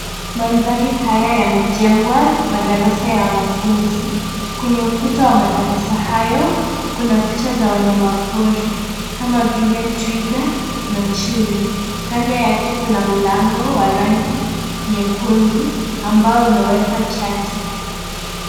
Mandhari haya yamejengwa madarasa ya wanafunzi. Kwenye ukuta wa madarasa hayo, kuna picha za wanyama pori, kama vile twiga na chui. Kando yake kuna mlango wa rangi nyekundu, ambayo imewekwa chati.